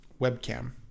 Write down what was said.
webcam